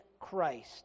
Christ